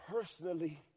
personally